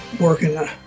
working